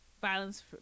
violence